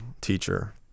teacher